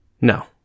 No